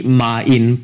main